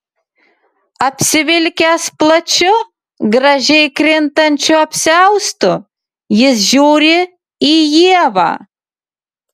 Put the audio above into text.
apsivilkęs plačiu gražiai krintančiu apsiaustu jis žiūri į ievą